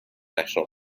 national